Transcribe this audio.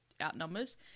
outnumbers